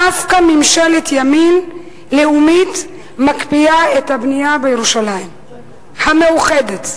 דווקא ממשלת ימין לאומית מקפיאה את הבנייה בירושלים המאוחדת.